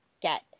get